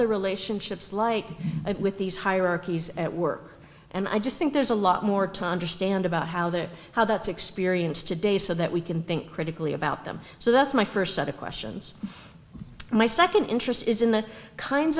the relationships like with these hierarchies at work and i just think there's a lot more tendre stand about how they're how that's experience today so that we can think critically about them so that's my st set of questions my nd interest is in the kinds